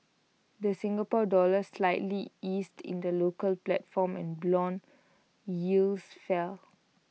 the Singapore dollar slightly eased in the local platform and Bond yields fell